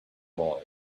boy